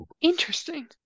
Interesting